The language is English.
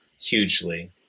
hugely